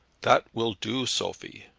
that will do, sophie.